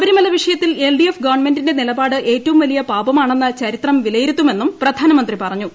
ശബരിമല വിഷയത്തിൽ എൽഡിഎഫ് ഗവൺമെന്റിന്റെ നിലപാട് ഏറ്റവും വലിയ പാപമാണെന്ന് ചരിത്രം വിലയിരുത്തുമെന്നും പ്രധാനമന്ത്രി പറഞ്ഞു